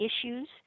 issues